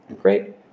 Great